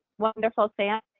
wonderful so yeah